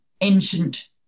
ancient